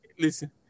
listen